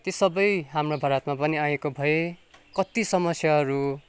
त्यो सबै हाम्रो भारतमा पनि आएको भए कत्ति समस्याहरू